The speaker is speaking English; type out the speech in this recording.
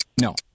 No